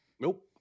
Nope